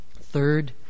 Third